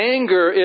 Anger